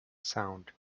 sound